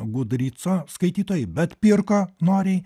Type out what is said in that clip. gudryco skaitytojai bet pirko noriai